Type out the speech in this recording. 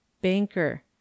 Banker